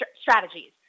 strategies